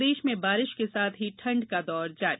प्रदेश में बारिश के साथ ही ठंड का दौर जारी